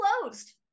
closed